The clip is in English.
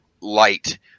light